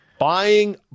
Buying